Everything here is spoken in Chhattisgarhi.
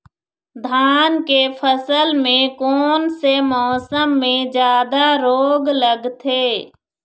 धान के फसल मे कोन से मौसम मे जादा रोग लगथे?